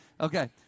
Okay